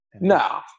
no